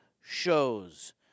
shows